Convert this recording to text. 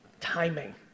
Timing